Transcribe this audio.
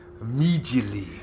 immediately